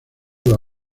los